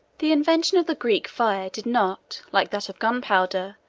the invention of the greek fire did not, like that of gun powder,